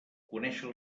conèixer